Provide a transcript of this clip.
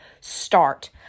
start